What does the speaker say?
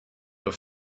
were